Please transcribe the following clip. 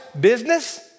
business